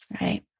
Right